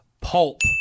pulp